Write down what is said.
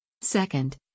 Second